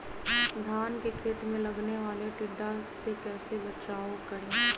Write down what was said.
धान के खेत मे लगने वाले टिड्डा से कैसे बचाओ करें?